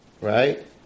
Right